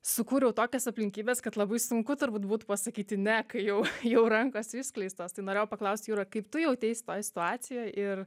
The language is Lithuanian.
sukūriau tokias aplinkybes kad labai sunku turbūt būtų pasakyti ne kai jau rankos išskleistos tai norėjau paklaust jūra kaip tu jauteisi toj situacijoj ir